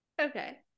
Okay